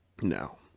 no